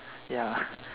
ya